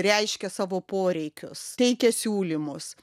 reiškia savo poreikius teikia siūlymus